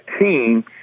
team